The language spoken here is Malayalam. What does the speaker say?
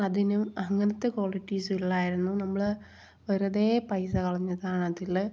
അതിനും അങ്ങനത്തെ ക്വാളിറ്റീസ് ഇല്ലായിരുന്നു നമ്മൾ വെറുതെ പൈസ കളഞ്ഞതാണ് അതിൽ